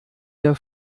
der